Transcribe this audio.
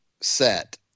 set